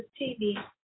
TV